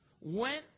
went